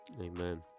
Amen